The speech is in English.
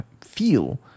feel